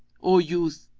o youth,